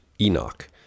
Enoch